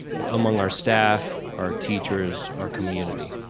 among our staff, our teachers, our community.